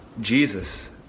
Jesus